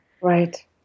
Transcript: Right